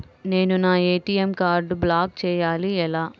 నేను నా ఏ.టీ.ఎం కార్డ్ను బ్లాక్ చేయాలి ఎలా?